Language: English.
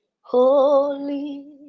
Holy